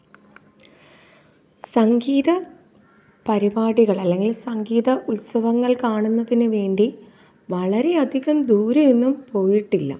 സംഗീത പരിപാടികൾ അല്ലെങ്കിൽ സംഗീത ഉത്സവങ്ങൾ കാണുന്നതിന് വേണ്ടി വളരെ അധികം ദൂരെയൊന്നും പോയിട്ടില്ല